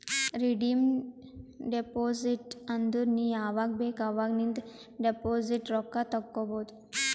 redeem deposit ಅಂದುರ್ ನೀ ಯಾವಾಗ್ ಬೇಕ್ ಅವಾಗ್ ನಿಂದ್ ಡೆಪೋಸಿಟ್ ರೊಕ್ಕಾ ತೇಕೊಬೋದು